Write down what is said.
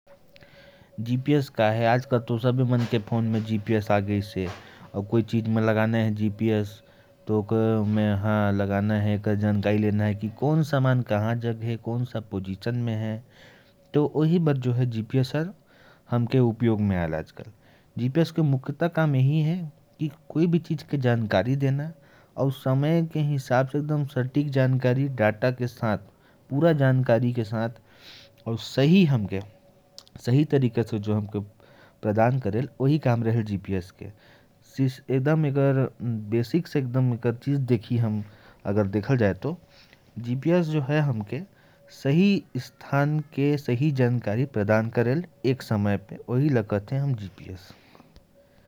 जीपीएस क्या है? आजकल तो सभी के फोन में आ गया है। जीपीएस का मुख्य काम है सही जानकारी सही समय पर देना और किसी भी चीज का सही डेटा प्रदान करना।